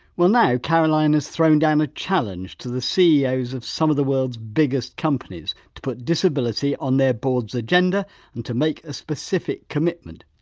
well now caroline has thrown down a challenge challenge to the ceos of some of the world's biggest companies to put disability on their boards' agenda and to make a specific commitment.